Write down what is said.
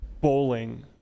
bowling